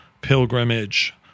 pilgrimage